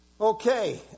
Okay